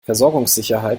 versorgungssicherheit